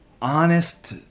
Honest